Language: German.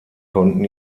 konnten